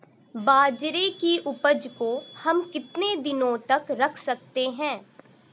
बाजरे की उपज को हम कितने दिनों तक रख सकते हैं?